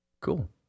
Cool